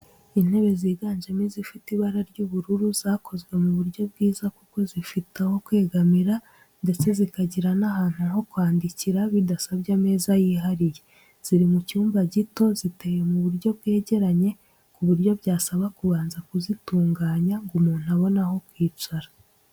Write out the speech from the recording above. Intebe ziganjemo izifite ibara ry'ubururu zakozwe mu buryo bwiza kuko zifite aho kwegamira ndetse zikagira n'ahantu ho kwandikira bidasabye ameza yihariye, ziri mu cyumba gito, ziteye mu buryo bwegeranye ku buryo byasaba kubanza kuzitunganya ngo umuntu abone kwicara.